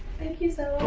thank you so